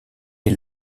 est